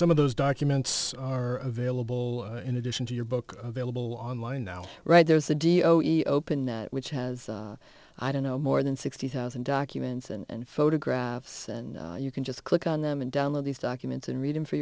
some of those documents are available in addition to your book available online now right there's a de o e open that which has i don't know more than sixty thousand documents and photographs and you can just click on them and download these documents and read them for